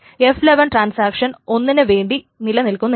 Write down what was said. f11 transaction ഒന്നിന് വേണ്ടി നിലനിൽക്കുന്നില്ല